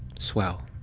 swell.